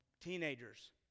Teenagers